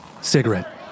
Cigarette